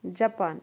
Japan